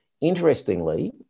interestingly